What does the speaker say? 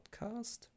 podcast